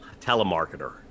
telemarketer